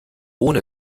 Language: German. ohne